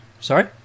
Sorry